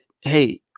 hey